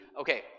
okay